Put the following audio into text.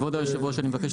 כבוד היושב-ראש,